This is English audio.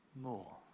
More